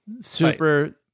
Super